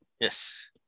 Yes